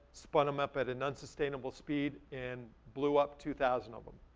spun em up at an unsustainable speed and blew up two thousand of them,